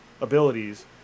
abilities